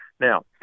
Now